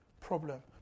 problem